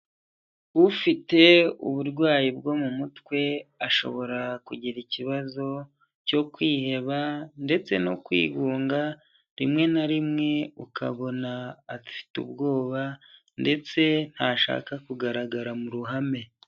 Ufite uburwayi bwo mu mutwe, ashobora kugira ikibazo cyo kwiheba ndetse no kwigunga, rimwe na rimwe ukabona afite ubwoba, ndetse ntashaka kugaragara mu ruhame.